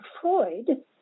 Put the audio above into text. Freud